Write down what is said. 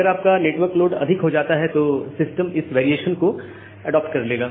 अगर आपका network load अधिक हो जाता है तो सिस्टम इस वेरिएशन को अडेप्ट कर लेगा